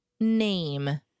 name